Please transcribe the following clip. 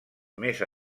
més